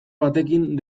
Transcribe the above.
batekin